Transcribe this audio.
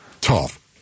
tough